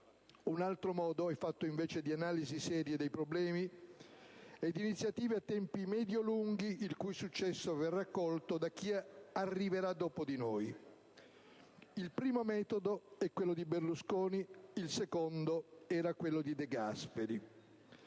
Un altro modo è fatto, invece, di analisi serie dei problemi e di iniziative a tempi medio-lunghi, il cui successo verrà colto da chi arriverà dopo di noi. Il primo metodo è quello di Berlusconi, il secondo era quello di De Gasperi.